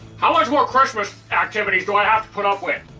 how much more christmas activities do i have to put up with?